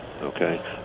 Okay